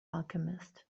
alchemist